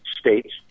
states